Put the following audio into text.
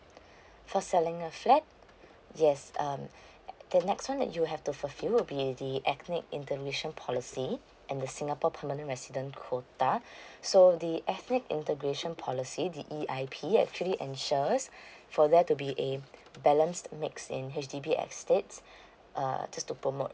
for selling a flat yes um the next one that you have to fulfill would be the ethnic integration policy and the singapore permanent resident quota so the ethnic integration policy the it E_I_P actually ensure for there to be a balanced mix in H_D_B estates uh just to promote